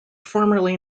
formerly